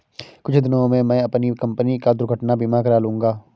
कुछ दिनों में मैं अपनी कंपनी का दुर्घटना बीमा करा लूंगा